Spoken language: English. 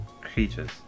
creatures